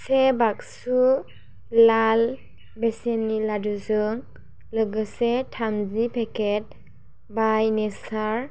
से बाक्सु लाल बेसननि लादुजों लोगोसे थामजि पेकेट बाइ नेचार